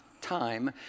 time